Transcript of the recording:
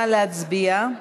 נא להצביע.